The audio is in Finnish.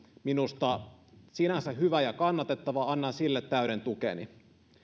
minusta sinänsä hyvä ja kannatettava annan sille täyden tukeni